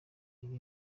iri